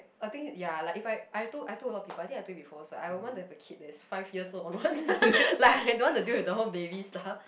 I think ya like if like I I thought I thought I think I thought before lah I would like to have a kid that is five years old onwards like I don't want to deal with the whole baby